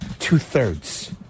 Two-thirds